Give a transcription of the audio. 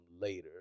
later